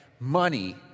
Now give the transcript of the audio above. money